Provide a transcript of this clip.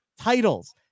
titles